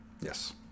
Yes